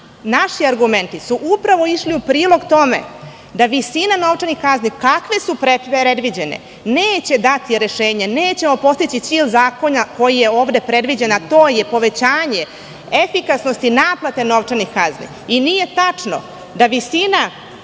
Naši argumenti su upravo išli u prilog tome da visina novčanih kazne, kakve su predviđene, neće dati rešenje i nećemo postići cilj zakona koji je ovde predviđen, a to je povećanje efikasnosti naplate novčanih kazni. Nije tačno da visina